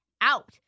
out